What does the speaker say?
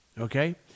Okay